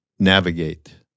Navigate